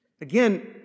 Again